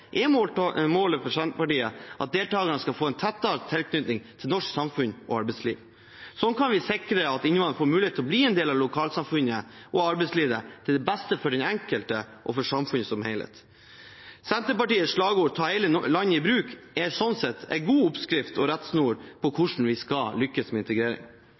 er målet for Senterpartiet at deltakerne skal få en tettere tilknytning til norsk samfunns- og arbeidsliv. Slik kan vi sikre at innvandrere får mulighet til å bli en del av lokalsamfunnet og arbeidslivet der, til det beste for den enkelte og for samfunnet som helhet. Senterpartiets slagord «Ta hele landet i bruk» er slik sett en god oppskrift og rettesnor på hvordan vi skal lykkes med integrering.